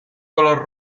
color